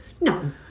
No